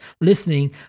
listening